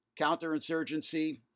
counterinsurgency